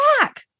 back